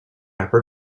wrapper